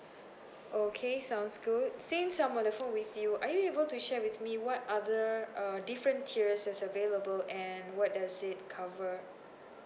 okay sounds good since I'm on the phone with you are you able to share with me what other uh different tiers is available and what does it cover